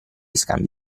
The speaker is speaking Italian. scambi